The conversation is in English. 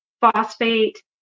phosphate